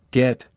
get